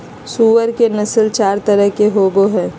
सूअर के नस्ल चार तरह के होवो हइ